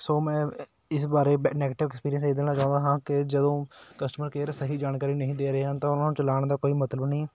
ਸੋ ਮੈਂ ਇਸ ਬਾਰੇ ਨੈਗਟਿਵ ਐਕਸਪੀਰੀਅਸ ਇਹ ਦੇਣਾ ਚਾਹੁੰਦਾ ਹਾਂ ਕਿ ਜਦੋਂ ਕਸਟਮਰ ਕੇਅਰ ਸਹੀ ਜਾਣਕਾਰੀ ਨਹੀਂ ਦੇ ਰਹੇ ਹਨ ਤਾਂ ਉਹਨਾਂ ਨੂੰ ਚਲਾਉਣ ਦਾ ਕੋਈ ਮਤਲਬ ਨਹੀਂ